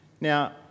Now